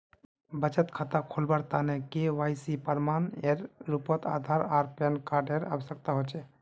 बचत खता खोलावार तने के.वाइ.सी प्रमाण एर रूपोत आधार आर पैन कार्ड एर आवश्यकता होचे